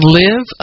live